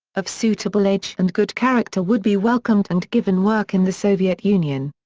of suitable age and good character' would be welcomed and given work in the soviet union.